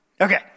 Okay